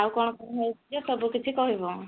ଆଉ କ'ଣ କ'ଣ ହେଉଛି ସବୁ କିିଛି କହିବ